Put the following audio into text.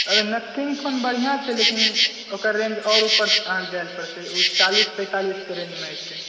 अरे Nothing phone बढ़िआँ छै लेकिन ओकर रेंज आओर ऊपर अहाँके जाय लेल पड़तै चालीस पैँतालीसके रेंजमे ऐतै